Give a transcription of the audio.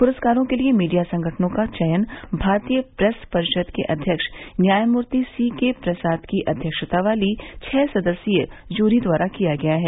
पुरस्कारों के लिए मीडिया संगठनों का चयन भारतीय प्रेस परिषद के अध्यक्ष न्यायमूर्ति सी के प्रसाद की अध्यक्षता वाली छह सदस्यीय जूरी द्वारा किया गया है